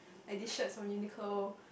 like this shirt is from Uniqlo